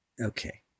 Okay